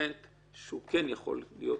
נוספת בתוך הנסיבות מחמירות שמחייבות מאסר